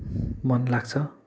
मन लाग्छ